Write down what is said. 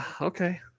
okay